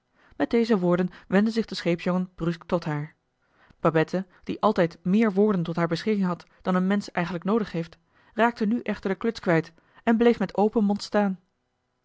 met deze woorden wendde zich de scheepsjongen bruusk tot haar babette die altijd meer woorden tot haar beschikking had dan een mensch eigenlijk noodig heeft raakte nu echter de kluts kwijt en bleef met open mond staan